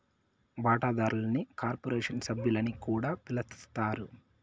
వాటాదారుల్ని కార్పొరేషన్ సభ్యులని కూడా పిలస్తారు